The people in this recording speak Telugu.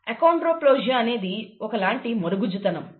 అకోండ్రోప్లాసియా అనేది ఒకలాంటి మరుగుజ్జుతనము